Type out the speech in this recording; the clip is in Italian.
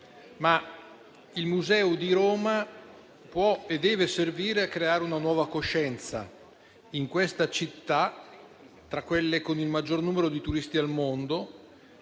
ma il museo di Roma può e deve servire a creare una nuova coscienza in questa città, che è tra quelle con il maggior numero di turisti al mondo